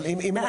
אל